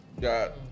Got